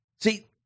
See